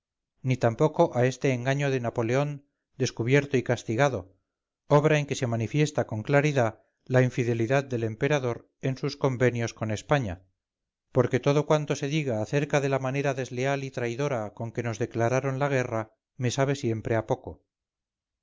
ni tampoco a este engaño de napoleón descubierto y castigado obra en que se manifiesta con claridad la infidelidad del emperador en sus convenios con españa porque todo cuanto se diga acerca de la manera desleal y traidora con que nos declararon la guerra me sabe siempre a poco